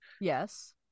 Yes